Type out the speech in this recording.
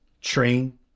train